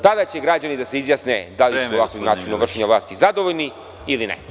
Tada će građani da se izjasne da li su ovakvim načinom vršenja vlasti zadovoljni ili ne.